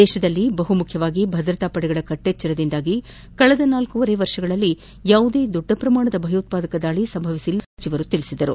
ದೇತದಲ್ಲಿ ಬಹುಮುಖ್ಯವಾಗಿ ಭದ್ರತಾಪಡೆಗಳ ಕಟ್ಟೆಚ್ಚರದಿಂದ ಕಳೆದ ನಾಲ್ಕೂವರೆ ವರ್ಷಗಳಲ್ಲಿ ಯಾವುದೇ ದೊಡ್ಡ ಭಯೋತ್ವಾದಕ ದಾಳಿ ಸಂಭವಿಸಿಲ್ಲ ಎಂದು ಸಚಿವರು ಹೇಳಿದರು